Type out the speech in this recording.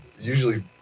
usually